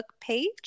page